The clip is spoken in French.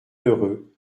heureux